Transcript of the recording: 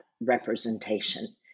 representation